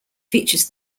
features